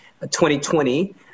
2020